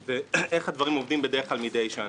ואיך הדברים עובדים בדרך כלל מדי שנה.